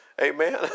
amen